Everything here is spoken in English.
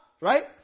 Right